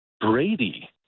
Brady